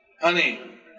honey